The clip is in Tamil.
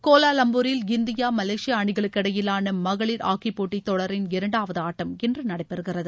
கோலாவம்பூரில் இந்தியா மலேசியா அணிகளுக்கு இடையிலான மகளிர் ஹாக்கிப்போட்டித் தொடரின் இரண்டாவது ஆட்டம் இன்று நடைபெறுகிறது